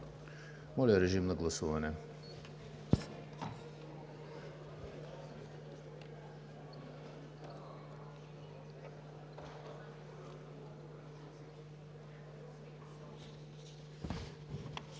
Моля, режим на гласуване.